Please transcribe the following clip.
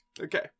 Okay